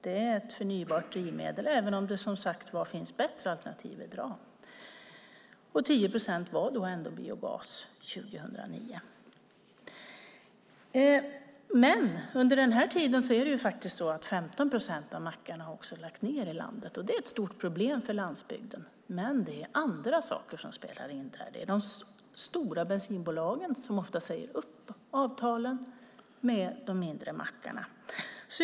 Det är ett förnybart drivmedel även om det, som sagt var, finns bättre alternativ. 10 procent var ändå biogas 2009. Men under den här tiden har 15 procent av mackarna i landet lagt ned, och det är ett stort problem för landsbygden. Men det är andra saker som spelar in, som att de stora bensinbolagen ofta säger upp avtalen med de mindre mackarna.